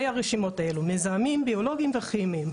הרשימות האלה: מזהמים ביולוגיים וכימיים.